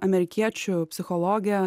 amerikiečių psichologė